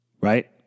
Right